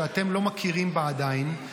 שאתם לא מכירים בה עדיין,